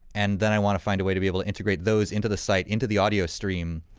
and then i want to find a way to be able to integrate those into the site, into the audio stream,